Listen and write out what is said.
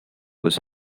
was